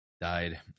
Died